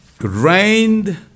rained